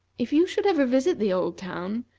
if you should ever visit the old town,